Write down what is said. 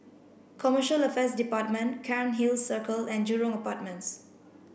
Commercial Affairs Department Cairnhill Circle and Jurong Apartments